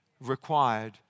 required